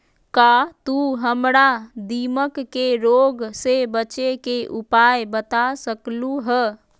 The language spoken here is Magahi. का तू हमरा दीमक के रोग से बचे के उपाय बता सकलु ह?